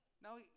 Now